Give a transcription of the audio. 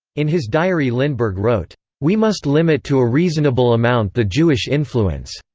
in his diary lindbergh wrote we must limit to a reasonable amount the jewish influence,